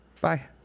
Bye